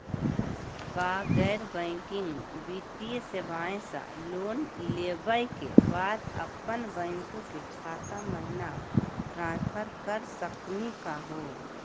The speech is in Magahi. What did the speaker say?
का गैर बैंकिंग वित्तीय सेवाएं स लोन लेवै के बाद अपन बैंको के खाता महिना ट्रांसफर कर सकनी का हो?